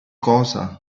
cosa